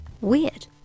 Weird